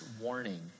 warning